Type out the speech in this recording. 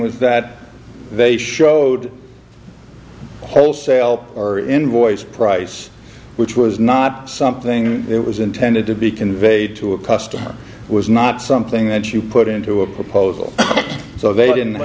was that they showed wholesale or invoice price which was not something that was intended to be conveyed to a customer was not something that you put into a proposal so they didn't